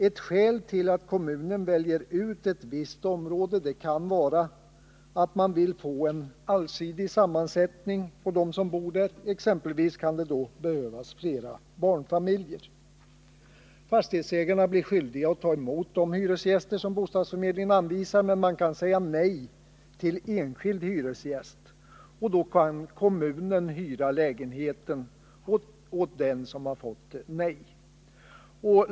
Ett skäl till att kommunen väljer ut ett visst område kan vara att man vill få en allsidig sammansättning på dem som bor där; exempelvis kan det då behövas fler barnfamiljer. Fastighetsägarna blir skyldiga att ta emot de hyresgäster som bostadsförmedlingen anvisar men kan säga nej till enskild hyresgäst, och då kan kommunen hyra lägenheten åt den som fått nej.